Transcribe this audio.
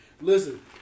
Listen